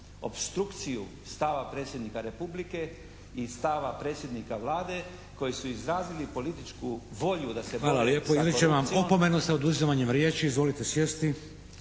opstrukciju stava predsjednika Republike i stava predsjednika Vlade koji su izrazili političku volju da se. **Šeks, Vladimir (HDZ)** Hvala lijepo. Izričem vam opomenu sa oduzimanjem riječi. Izvolite sjesti.